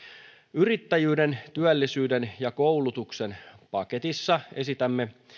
yrittäjyyden työllisyyden ja koulutuksen paketissa esitämme